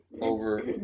over